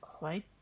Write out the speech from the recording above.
right